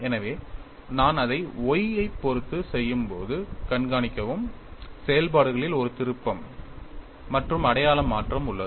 எனவே நான் அதை y ஐப் பொறுத்துச் செய்யும்போது கண்காணிக்கவும் செயல்பாடுகளில் ஒரு திருப்பம் மற்றும் அடையாளம் மாற்றம் உள்ளது